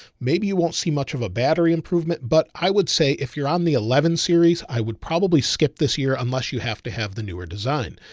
maybe you won't see much of a battery improvement, but i would say if you're on the eleven series, i would probably skip this year, unless you have to have the newer design.